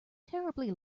terribly